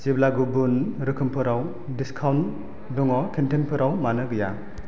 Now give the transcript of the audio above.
जेब्ला गुबुन रोखोमफोराव डिसकाउन्ट दङ केन्दिफोराव मानो गैया